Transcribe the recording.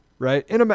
right